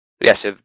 Yes